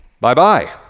bye-bye